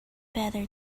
better